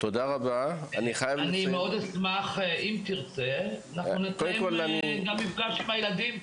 אם תרצה, אנחנו נתאם מפגש עם הילדים.